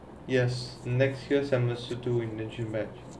yes next year semester two they mention that